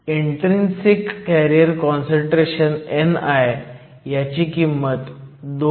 intrinsic carrier concentration ni ह्याची किंमत 2